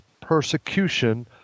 persecution